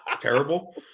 terrible